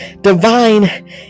divine